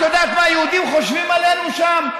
את יודעת מה היהודים חושבים עלינו שם?